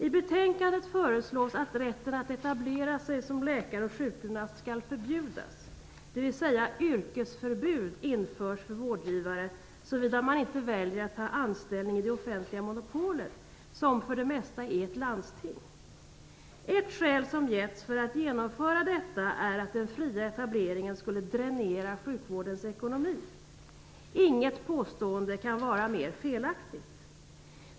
I betänkandet föreslås att rätten att etablera sig som läkare och sjukgymnast skall förbjudas, dvs. det införs yrkesförbud för vårdgivare såvida man inte väljer att ta anställning i det offentliga monopolet, som för det mesta är ett landsting. Ett skäl som getts för att genomföra detta är att den fria etableringen skulle dränera sjukvårdens ekonomi. Inget påstående kan vara mer felaktigt.